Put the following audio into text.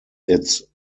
its